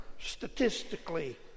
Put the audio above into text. statistically